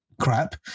crap